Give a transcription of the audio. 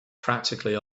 practically